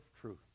truth